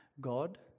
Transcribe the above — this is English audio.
God